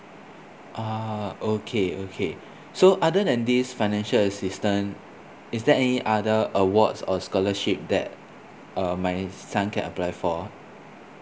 ah okay okay so other than this financial assistant is there any other awards or scholarship that uh my son can apply for